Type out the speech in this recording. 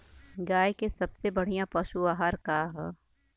गाय के सबसे बढ़िया पशु आहार का ह?